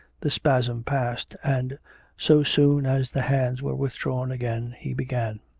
the spasm passed, and so soon as the hands were withdrawn again, he began